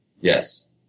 Yes